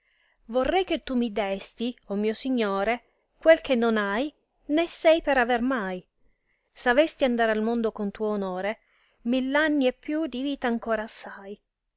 vorrei che tu mi desti o mio signore quel che non hai né sei per aver mai s avesti andar al mondo con tuo onore miir anni e più di vita ancor assai